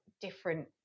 different